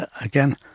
Again